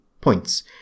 points